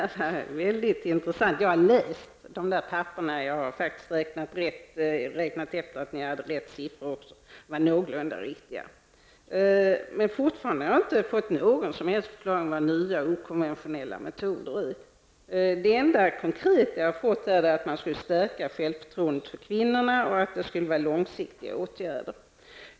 Herr talman! Det här mycket intressant. Jag har läst de där papperna och har också räknat och sett om det är riktiga siffror. De är någorlunda riktiga. Fortfarande har jag inte fått någon som helst förklaring på vad nya, okonventionella metoder är för någonting. Det enda konkreta är att kvinnornas självförtroende skall stärkas och att det skall röra sig om långsiktiga åtgärder.